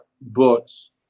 books